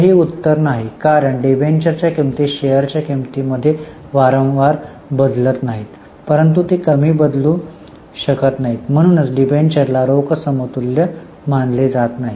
तरीही उत्तर नाही कारण डिबेंचरच्या किंमती शेअरच्या किंमतींमध्ये वारंवार बदलत नाहीत परंतु ते कधीही कमी बदलू शकत नाहीत म्हणूनच डिबेंचरला रोख समतुल्य मानले जात नाही